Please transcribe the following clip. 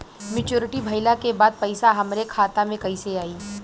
Maturity भईला के बाद पईसा हमरे खाता में कइसे आई?